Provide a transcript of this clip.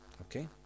Okay